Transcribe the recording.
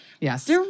Yes